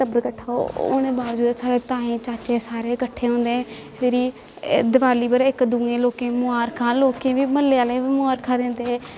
टब्बर कट्ठा होने दे बाबजूद साढ़े ताए चाचे सारे कट्ठे होंदे फिरी दिवाली पर इक दूए लोकें गी मुबारखां लोकें गी म्हल्ले आह्लें गी बी मबारखां दिंदे